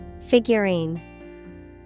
Figurine